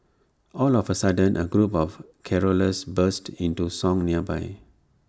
all of A sudden A group of carollers burst into song nearby